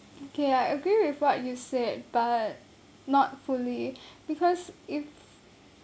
okay I agree with what you said but not fully because if